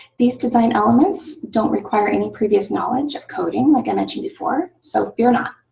these design elements don't require any previous knowledge of coding, like i mentioned before, so fear not.